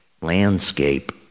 landscape